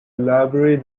library